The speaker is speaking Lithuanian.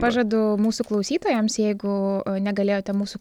pažadu mūsų klausytojams jeigu negalėjote mūsų